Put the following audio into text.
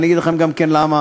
אני אגיד לכם גם כן למה,